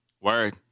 Word